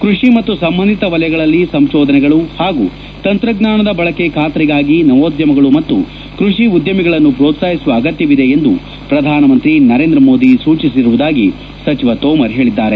ಕೃಷಿ ಮತ್ತು ಸಂಬಂಧಿತ ವಲಯಗಳಲ್ಲಿ ಸಂಶೋಧನೆಗಳು ಹಾಗೂ ತಂತ್ರಜ್ಞಾನದ ಬಳಕೆ ಖಾತರಿಗಾಗಿ ನವೋದ್ಯಮಗಳು ಮತ್ತು ಕೃಷಿ ಉದ್ಯಮಿಗಳನ್ನು ಪ್ರೋತ್ಸಾಹಿಸುವ ಅಗತ್ಯವಿದೆ ಎಂದು ಪ್ರಧಾನಮಂತ್ರಿ ನರೇಂದ್ರ ಮೋದಿ ಸೂಚಿಸಿರುವುದಾಗಿ ಸಚಿವ ತೋಮರ್ ಹೇಳಿದ್ದಾರೆ